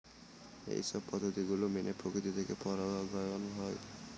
এইসব পদ্ধতি গুলো মেনে প্রকৃতি থেকে পরাগায়ন হয়